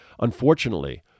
Unfortunately